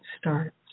starts